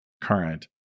current